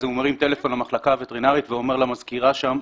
אז הוא מרים טלפון למחלקה הווטרינרית ואומר למזכירה שם: